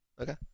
Okay